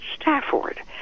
Stafford